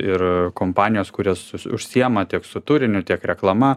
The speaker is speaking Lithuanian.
ir kompanijos kurios užsiima tiek su turiniu tiek reklama